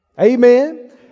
Amen